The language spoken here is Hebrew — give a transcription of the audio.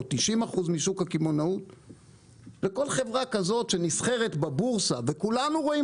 או 90 אחוז משוק הקמעונאות וכל חברה כזאת שנסחרת בבורסה וכולנו רואים